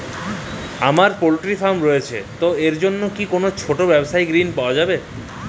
আমার poultry farm রয়েছে তো এর জন্য কি কোনো ছোটো ব্যাবসায়িক ঋণ পাওয়া যাবে?